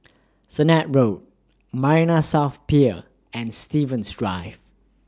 Sennett Road Marina South Pier and Stevens Drive